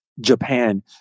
Japan